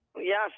yes